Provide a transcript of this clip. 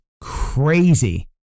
Crazy